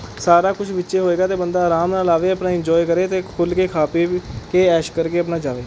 ਸਾਰਾ ਕੁਛ ਵਿੱਚ ਹੋਵੇਗਾ ਅਤੇ ਬੰਦਾ ਆਰਾਮ ਨਾਲ ਆਵੇ ਆਪਣਾ ਇੰਨਜੋਆਏ ਕਰੇ ਅਤੇ ਖੁੱਲ ਕੇ ਖਾ ਪੀ ਵੀ ਕੇ ਐਸ਼ ਕਰਕੇ ਆਪਣਾ ਜਾਵੇ